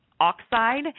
oxide